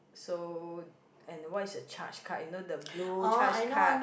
so and what's your chas card you know the blue chas card